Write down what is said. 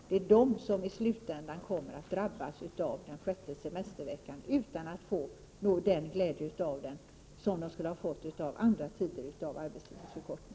Det är dessa grupper som i slutänden kommer att drabbas av konsekvenserna av att man inför den sjätte semesterveckan utan att få den glädje av den som de kunde ha fått av andra typer av arbetstidsförkortning.